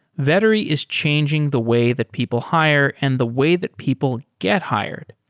vettery is changing the way that people hire and the way that people get hired.